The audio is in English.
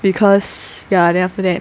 because ya then after that